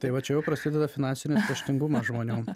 tai va čia jau prasideda finansinis raštingumas žmonių